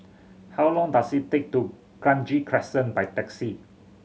how long does it take to Kranji Crescent by taxi